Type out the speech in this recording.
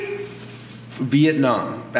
Vietnam